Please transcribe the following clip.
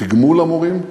בתגמול המורים,